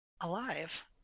alive